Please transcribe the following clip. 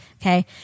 okay